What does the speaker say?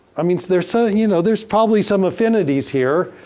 i mean, there's so you know there's probably some affinities here,